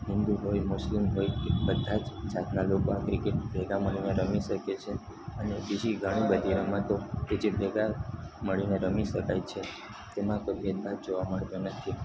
હિન્દુ હોય મુસ્લિમ હોય તે બધાજ જાતના લોકો આ ક્રિકેટ ભેગા મળીને રમી શકીએ છે અને બીજી ઘણીબધી રમતો કે જે ભેગા મળીને રમી શકાય છે તેમાં કોઈ ભેદભાવ જોવા મળતો નથી